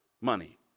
money